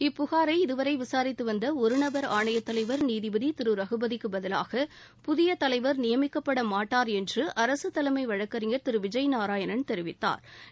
இப்புகாரை இதுவரை விசாரித்து வந்த ஒரு நபர் ஆணையத் தலைவர் நீதிபதி திரு ரகுபதிக்குப் பதிலாக புதிய தலைவர் நியமிக்கப்பட மாட்டார் என்று அரசு தலைமை வழக்கறிஞர் திரு விஜய் நாராயணன் தெரிவித்தாா்